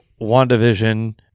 WandaVision